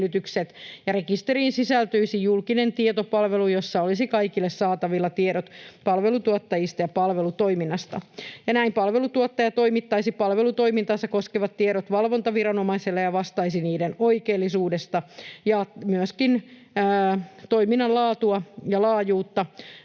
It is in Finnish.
Rekisteriin sisältyisi julkinen tietopalvelu, jossa olisi kaikille saatavilla tiedot palveluntuottajista ja palvelutoiminnasta. Näin palveluntuottaja toimittaisi palvelutoimintaansa koskevat tiedot valvontaviranomaiselle ja vastaisi niiden oikeellisuudesta, ja myöskin toiminnan laatua ja laajuutta